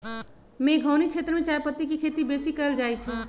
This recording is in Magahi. मेघौनी क्षेत्र में चायपत्ति के खेती बेशी कएल जाए छै